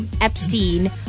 Epstein